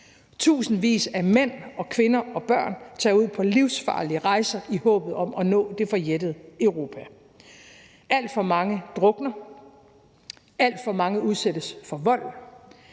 Tusindvis af mænd og kvinder og børn tager ud på livsfarlige rejser i håb om at nå det forjættede Europa. Alt for mange drukner, alt for mange udsættes for vold,